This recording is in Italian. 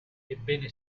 ebbene